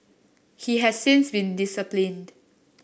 he has since been disciplined